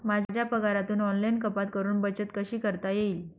माझ्या पगारातून ऑनलाइन कपात करुन बचत कशी करता येईल?